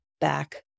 back